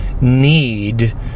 need